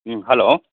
hello